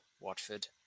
Watford